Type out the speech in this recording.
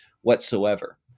whatsoever